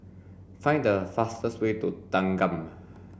find the fastest way to Thanggam